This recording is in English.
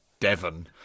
devon